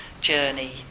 journey